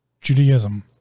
Judaism